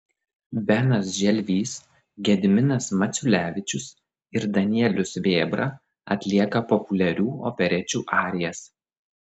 benas želvys gediminas maciulevičius ir danielius vėbra atlieka populiarių operečių arijas